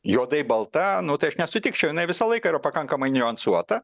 juodai balta nu tai aš nesutikčiau jinai visą laiką yra pakankamai niuansuota